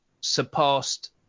surpassed